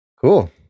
Cool